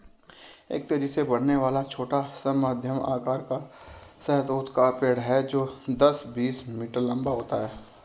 एक तेजी से बढ़ने वाला, छोटा से मध्यम आकार का शहतूत का पेड़ है जो दस, बीस मीटर लंबा होता है